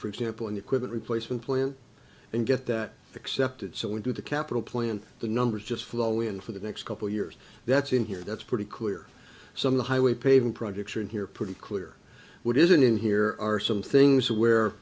for example and equipment replacement plan and get that accepted so into the capital plan the numbers just flow in for the next couple years that's in here that's pretty clear some of the highway paving projects are in here pretty clear what isn't in here are some things where